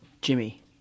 Jimmy